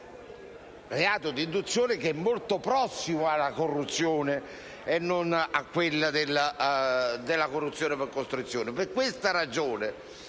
reato di induzione; reato che è molto prossimo alla corruzione e non a quello della corruzione per costrizione. Per questa ragione